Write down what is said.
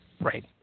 Right